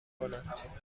کند